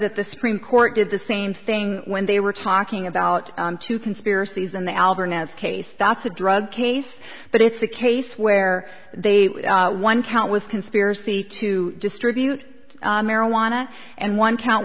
that the supreme court did the same thing when they were talking about two conspiracies in the albert now this case that's a drug case but it's a case where they one count was conspiracy to distribute marijuana and one count